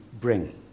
bring